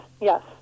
yes